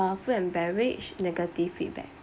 uh food and beverage negative feedback